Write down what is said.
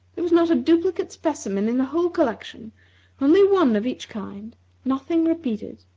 there was not a duplicate specimen in the whole collection only one of each kind nothing repeated.